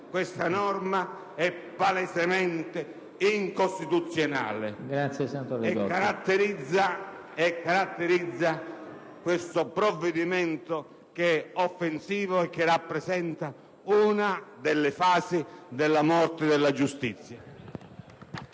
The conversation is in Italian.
Questa norma è palesemente incostituzionale e caratterizza questo provvedimento, che è offensivo e rappresenta una delle fasi della morte della giustizia.